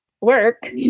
work